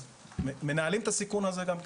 אז מנהלים את הסיכון הזה גם כן.